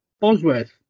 Bosworth